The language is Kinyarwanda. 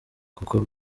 kuko